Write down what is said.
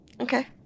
Okay